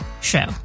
Show